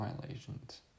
violations